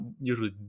usually